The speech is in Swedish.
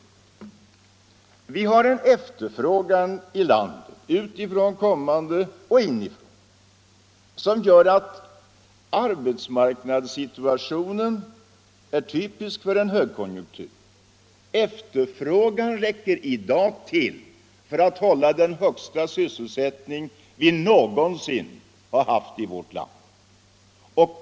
Det råder en efterfrågan i landet —- utifrån kommande och inifrån — som gör att arbetsmarknadssituationen är typisk för en högkonjunktur. Efterfrågan räcker i dag till för att hålla den högsta sysselsättning som vi någonsin har haft i vårt land.